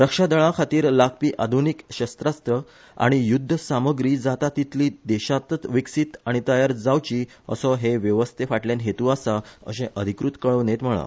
रक्षा दळां खातीर लागपी आधुनिक शस्त्रास्त्र आनी युध्द सामग्री जाता तीतली देशातच विकसीत आनी तयार जावची असो हे व्यवस्थे फाटल्यान हेतु आसा अशें अधिकृत कळोवणेत म्हणला